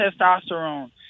testosterone